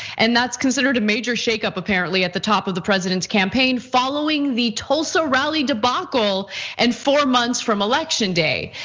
and that's considered a major shake up, apparently, at the top of the president's campaign following the tulsa rally debacle and four months from election day.